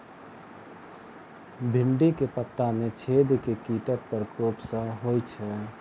भिन्डी केँ पत्ता मे छेद केँ कीटक प्रकोप सऽ होइ छै?